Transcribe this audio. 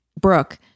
Brooke